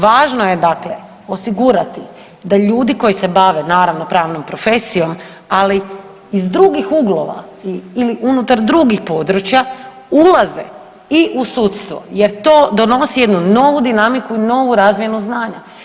Važno je dakle osigurati da ljudi koji se bave naravno pravnom profesijom, ali iz drugih uglova ili unutar drugih područja ulaze i u sudstvo jer to donosi jednu novu dinamiku i novu razmjenu znanja.